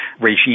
regime